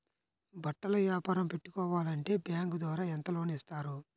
బట్టలు వ్యాపారం పెట్టుకోవాలి అంటే బ్యాంకు ద్వారా ఎంత లోన్ ఇస్తారు?